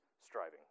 striving